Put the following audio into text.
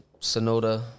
Sonoda